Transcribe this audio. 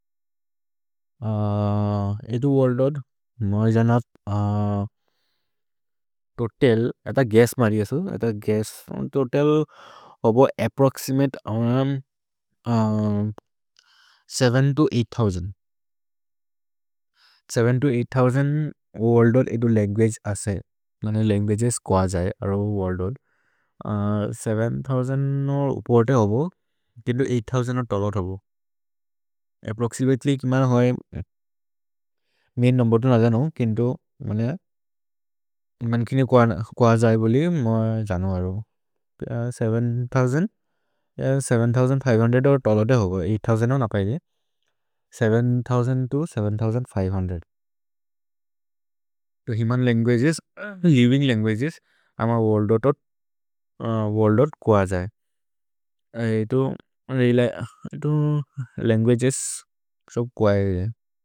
एतु वोर्ल्द् वर्द् मर्जनत् तोतल् एत गुएस्स् मरिअसु एत गुएस्स् तोतल् अबो अप्प्रोक्सिमते अवनम् seven to eight thousand seven to eight thousand. वो वोर्ल्द् वर्द् एतु लन्गुअगे असे ननि लन्गुअगेस् क्व जये अरो वोर्ल्द् वर्द् सेवेन् थोउसन्द् नो उपोते होबो कितु एइघ्त् थोउसन्द् नो तलद् होबो। अप्प्रोक्सिमतेल्य् किमन् होइ मीन् नोबोतु न जनु कितु मन्य मन् किनि क्व जये बोलि म जनु अरो seven thousand seven thousand five hundred और् तलद् होगो। एइघ्त् थोउसन्द् हो न पैदे seven thousand to seven thousand five hundred तु हिमन् लन्गुअगेस् लिविन्ग् लन्गुअगेस् अम वोर्ल्द् वर्द् तोत् वोर्ल्द् वर्द् क्व जये। एतु रेलय् एतु लन्गुअगेस् सो क्व जये।